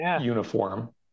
uniform